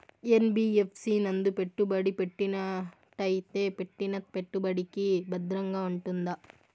NBFC నందు పెట్టుబడి పెట్టినట్టయితే పెట్టిన పెట్టుబడికి భద్రంగా ఉంటుందా?